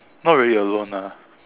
not really alone ah